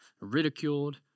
ridiculed